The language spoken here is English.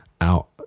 out